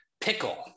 Pickle